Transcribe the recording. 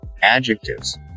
adjectives